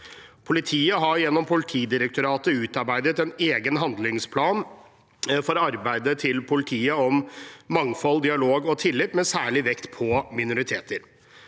Politiet har gjennom Politidirektoratet utarbeidet en egen handlingsplan for arbeidet til politiet om mangfold, dialog og tillit, med særlig vekt på minoriteter.